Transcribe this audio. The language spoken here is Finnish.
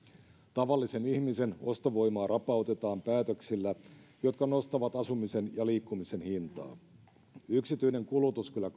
tavallisen ihmisen ostovoimaa rapautetaan päätöksillä jotka nostavat asumisen ja liikkumisen hintaa yksityinen kulutus kyllä